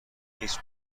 هیچ